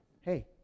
Hey